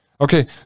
Okay